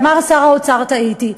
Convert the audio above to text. אמר שר האוצר: טעיתי.